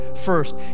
first